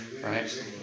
right